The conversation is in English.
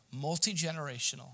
multi-generational